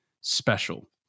special